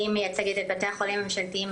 אני מייצגת את בתי החולים הממשלתיים,